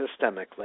systemically